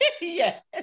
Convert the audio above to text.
yes